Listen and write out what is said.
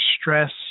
stress